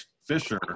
Fisher